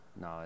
No